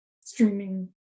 streaming